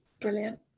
Brilliant